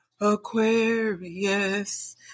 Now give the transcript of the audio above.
Aquarius